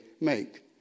make